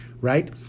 right